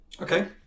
okay